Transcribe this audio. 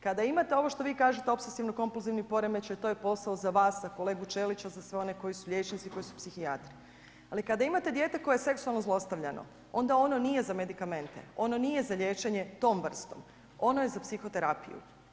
Kada imate ovo što vi kažete opsesivno-kompulzivni poremećaj, to je posao za vas, za kolegu Ćelića, za sve one koji su liječnici, koji su psihijatri ali kada imate dijete koje je seksualno zlostavljano, onda ono nije za medikamente, ono nije za liječenje tom vrstom, ono je za psihoterapiju.